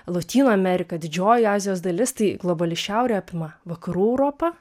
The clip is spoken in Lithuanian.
lotynų amerika didžioji azijos dalis tai globali šiaurė apima vakarų europą